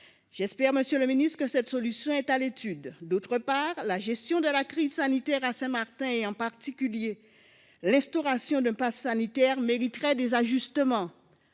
J'espère, monsieur le secrétaire d'État, que cette solution est à l'étude ... Par ailleurs, la gestion de la crise sanitaire à Saint-Martin, en particulier l'instauration d'un passe sanitaire, mériterait des ajustements.